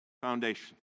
foundation